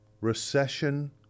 recession